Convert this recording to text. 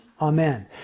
Amen